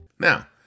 Now